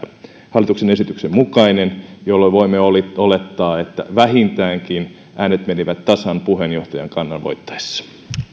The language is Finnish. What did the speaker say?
hallituksen esityksen mukainen jolloin voimme olettaa että vähintäänkin äänet menivät tasan puheenjohtajan kannan voittaessa